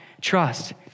trust